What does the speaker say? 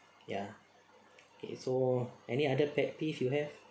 ya okay so any other pet peeve you have